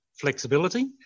flexibility